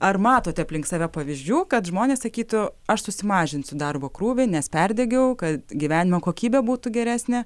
ar matote aplink save pavyzdžių kad žmonės sakytų aš susimažinsiu darbo krūvį nes perdegiau kad gyvenimo kokybė būtų geresnė